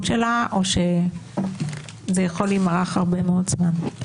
שלה או שזה יכול להימרח הרבה מאוד זמן?